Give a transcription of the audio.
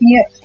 Yes